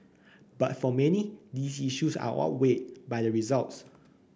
but for many these issues are outweighed by the results